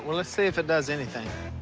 lets see if it does anything.